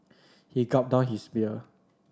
he gulped down his beer